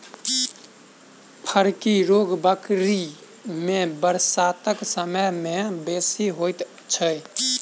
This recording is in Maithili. फड़की रोग बकरी मे बरसातक समय मे बेसी होइत छै